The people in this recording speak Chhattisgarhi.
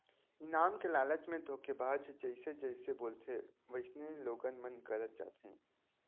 इनाम के लालच म धोखेबाज ह जइसे जइसे बोलथे वइसने लोगन मन करत जाथे